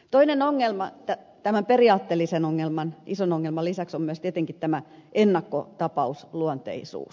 toinen ongelma tämän periaatteellisen ison ongelman lisäksi on myös tietenkin tämä ennakkotapausluonteisuus